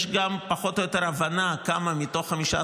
יש גם פחות או יותר הבנה כמה מתוך 15